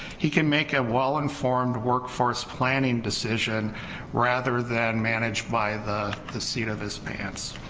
he can make a well informed workforce planning decision rather than manage by the the seat of his pants,